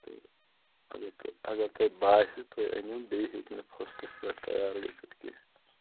تہٕ اَگر تُہۍ اَگر تُہۍ باسہِ تُہۍ أنِو بیٚیہِ ہیٚکہِ نہٕ فسٚٹس پیٚٹھ تیار گژھِتھ کیٚنٛہہ